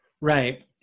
Right